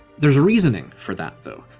there's reasoning for that though,